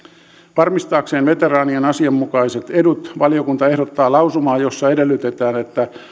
varmistaakseen veteraanien asianmukaiset edut valiokunta ehdottaa lausumaa jossa edellytetään että